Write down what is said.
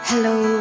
Hello